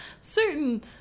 certain